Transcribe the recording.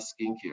skincare